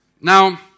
Now